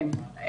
כן,